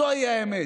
זוהי האמת.